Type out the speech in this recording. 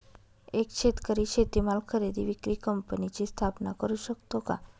एक शेतकरी शेतीमाल खरेदी विक्री कंपनीची स्थापना करु शकतो का?